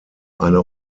eine